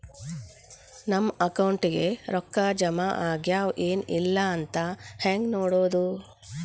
ನಮ್ಮ ಅಕೌಂಟಿಗೆ ರೊಕ್ಕ ಜಮಾ ಆಗ್ಯಾವ ಏನ್ ಇಲ್ಲ ಅಂತ ಹೆಂಗ್ ನೋಡೋದು?